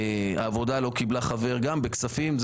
העבודה לא קיבלה חבר בכספים.